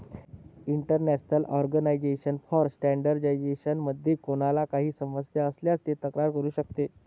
international organisation for standardisation मध्ये कोणाला काही समस्या असल्यास तो तक्रार करू शकतो